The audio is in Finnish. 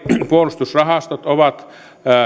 puolustusrahastot ovat